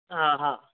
हा हा